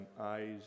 eyes